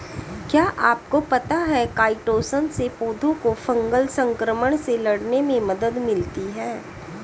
क्या आपको पता है काइटोसन से पौधों को फंगल संक्रमण से लड़ने में मदद मिलती है?